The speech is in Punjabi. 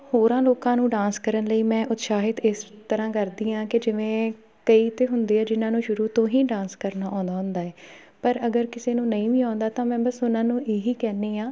ਹੋਰਾਂ ਲੋਕਾਂ ਨੂੰ ਡਾਂਸ ਕਰਨ ਲਈ ਮੈਂ ਉਤਸ਼ਾਹਿਤ ਇਸ ਤਰ੍ਹਾਂ ਕਰਦੀ ਹਾਂ ਕਿ ਜਿਵੇਂ ਕਈ ਤਾਂ ਹੁੰਦੇ ਆ ਜਿਹਨਾਂ ਨੂੰ ਸ਼ੁਰੂ ਤੋਂ ਹੀ ਡਾਂਸ ਕਰਨਾ ਆਉਂਦਾ ਹੁੰਦਾ ਹੈ ਪਰ ਅਗਰ ਕਿਸੇ ਨੂੰ ਨਹੀਂ ਵੀ ਆਉਂਦਾ ਤਾਂ ਮੈਂ ਬਸ ਉਹਨਾਂ ਨੂੰ ਇਹੀ ਕਹਿੰਦੀ ਹਾਂ